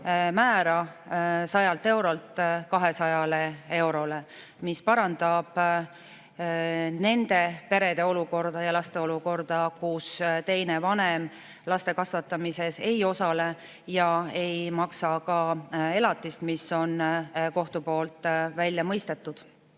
määra 100 eurolt 200 eurole, mis parandab nende perede olukorda ja laste olukorda, kus teine vanem laste kasvatamises ei osale ja ei maksa ka elatist, mis on kohtu poolt välja mõistetud.